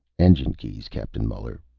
engine keys, captain muller.